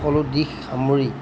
সকলো দিশ সামৰি